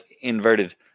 inverted